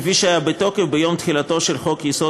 כפי שהיה בתוקף ביום תחילתו של חוק-יסוד: